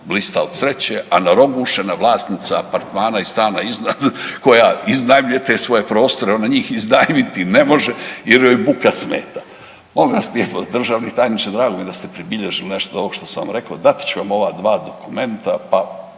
blista od sreće, a narogušena vlasnica apartmana iz stana iznad koja iznajmljuje te svoje prostore, ona njih iznajmiti ne može jer joj buka smeta. Molim vas lijepo državni tajniče drago mi je da ste pribilježili nešto od ovog što sam rekao, dat ću vam ova dva dokumenta, pa